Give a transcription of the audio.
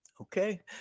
Okay